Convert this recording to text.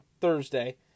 Thursday